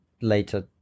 later